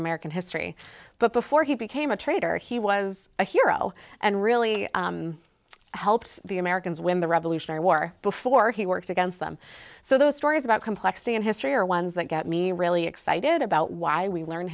american history but before he became a traitor he was a hero and really helped the americans win the revolutionary war before he worked against them so those stories about complexity and history are ones that got me really excited about why we learn